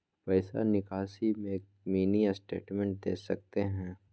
पैसा निकासी में मिनी स्टेटमेंट दे सकते हैं?